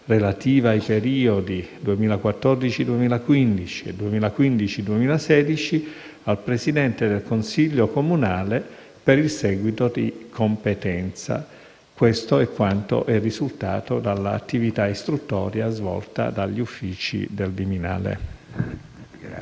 relativa ai periodi 2014-2015 e 2015-2016, al Presidente del Consiglio comunale per il seguito di competenza. Questo è quanto è risultato dall'attività istruttoria svolta dagli uffici del Viminale.